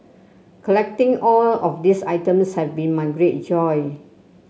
collecting all of these items have been my great joy